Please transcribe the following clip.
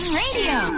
radio